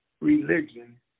religion